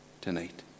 tonight